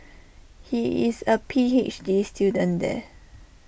he is A P H D student there